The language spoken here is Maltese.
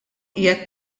qiegħed